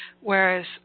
Whereas